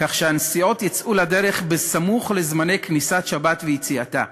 כך שנסיעות יצאו לדרך סמוך לזמני כניסת השבת ויציאתה.